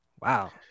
wow